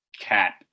cat